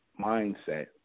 mindset